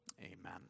amen